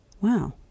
Wow